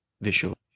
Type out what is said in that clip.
visual